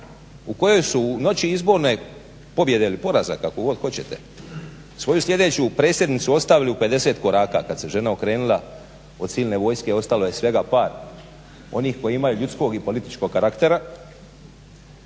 u kojoj u noći izborne pobjede ili poraza kako god hoćete svoju sljedeću predsjednicu ostavili u 50 koraka. Kad se žena okrenula od silne vojske ostalo je svega par onih koji imaju ljudskog i političkog karaktera